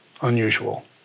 unusual